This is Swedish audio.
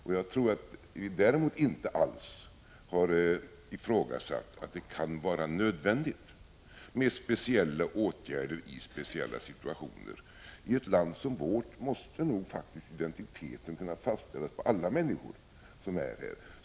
Däremot har vi inte alls ifrågasatt att det kan vara nödvändigt med speciella åtgärder i speciella situationer. I ett land som vårt måste nog identiteten faktiskt kunna fastställas på alla människor som vistas här.